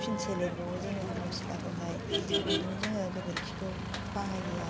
फिनसे लिरबावो जोङो सिथ्लाखौहाय इदिनो जोङो गोबोरखिखौ बाहायो आरो